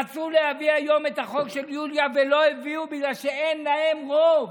רצו להביא היום את החוק של יוליה ולא הביאו בגלל שאין להם רוב.